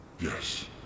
Yes